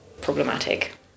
problematic